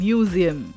Museum